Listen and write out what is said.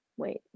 Wait